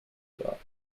well